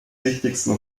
wichtigsten